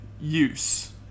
use